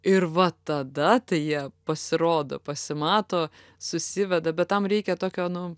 ir va tada jie pasirodo pasimato susiveda bet tam reikia tokio nu